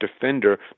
defender